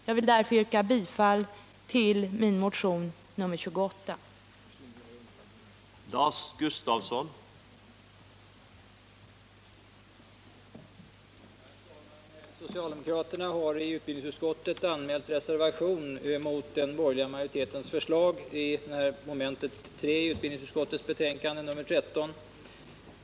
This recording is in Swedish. Jag vill därför yrka bifall till motionen 1978/79:28.